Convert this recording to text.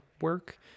work